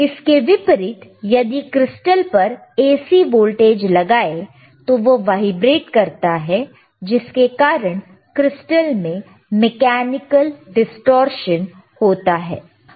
इसके विपरीत यदि क्रिस्टल पर AC वोल्टेज लगाए तो वह वाइब्रेट करता है जिसके कारण क्रिस्टल में मैकेनिकल डिस्टॉर्शन होता है